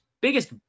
biggest